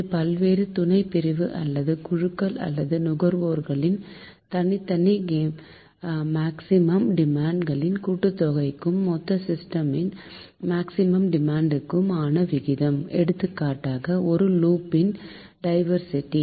இது பல்வேறு துணை பிரிவு அல்லது குழுக்கள் அல்லது நுகர்வோர்களின் தனித்தனி மேக்சிமம் டிமாண்ட் களின் கூட்டுத்தொகைக்கும் மொத்த சிஸ்டமின் மேக்சிமம் டிமாண்ட் க்கும் ஆன விகிதம் எடுத்துக்காட்டாகஒரு லூப்பின் டைவர்ஸிட்டி